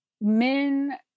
men